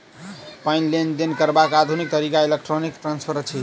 पाइक लेन देन करबाक आधुनिक तरीका इलेक्ट्रौनिक ट्रांस्फर अछि